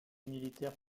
militaire